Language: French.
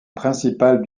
principal